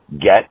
get